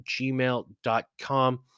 gmail.com